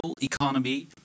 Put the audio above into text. economy